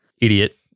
idiot